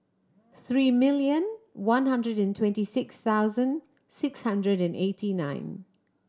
three million one hundred and twenty six thousand six hundred and eighty nine